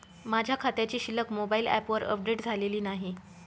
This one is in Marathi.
माझ्या खात्याची शिल्लक मोबाइल ॲपवर अपडेट झालेली नाही